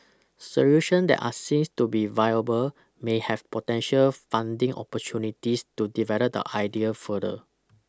solution that are seen to be viable may have potential funding opportunities to develop the idea further